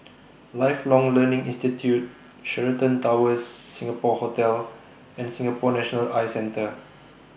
Lifelong Learning Institute Sheraton Towers Singapore Hotel and Singapore National Eye Centre